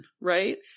right